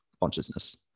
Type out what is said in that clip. consciousness